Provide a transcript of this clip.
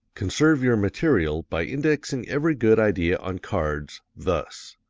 conserve your material by indexing every good idea on cards, thus